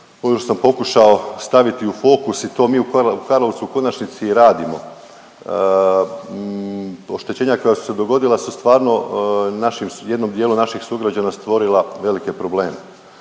koju sam pokušao staviti u fokus i to mi u Karlovcu u konačnici i radimo. Oštećenja koja su se dogodila su stvarno jednim dijelom naših sugrađana stvorila velike probleme.